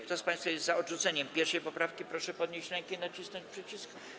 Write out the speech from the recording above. Kto z państwa jest za odrzuceniem 1. poprawki, proszę podnieść rękę i nacisnąć przycisk.